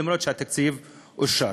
למרות שהתקציב אושר.